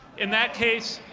in that case,